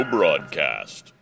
Broadcast